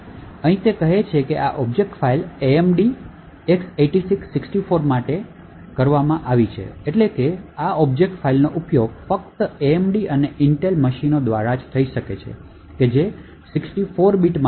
અહીં તે કહે છે કે આ ઑબ્જેક્ટ ફાઇલ AMD X86 64 માટે કમ્પાઈલ કરવામાં આવી હતી એટલે કે આ ઑબ્જેક્ટ ફાઇલનો ઉપયોગ ફક્ત AMD અને Intel મશીનો દ્વારા થઈ શકે છે જે 64 બીટ માટે ગોઠવેલ છે